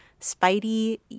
Spidey